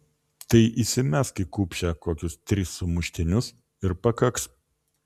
tai įsimesk į kupšę kokius tris sumuštinius ir pakaks